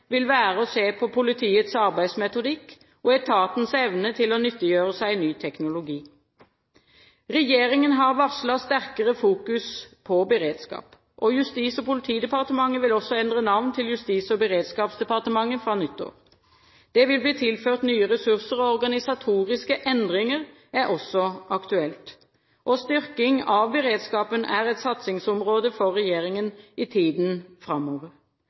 vil være å se på politiets arbeidsmetodikk og etatens evne til å nyttiggjøre seg ny teknologi. Regjeringen har varslet sterkere fokus på beredskap. Justis- og politidepartementet vil også endre navn til Justis- og beredskapsdepartementet fra nyttår. Det vil bli tilført nye ressurser, og organisatoriske endringer er også aktuelt. Styrking av beredskapen er et satsingsområde for regjeringen i tiden framover.